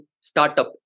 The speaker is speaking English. startup